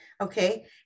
okay